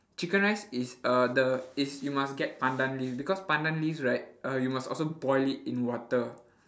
chicken rice is uh the is you must get pandan leaves because pandan leaves right uh you must also boil it in water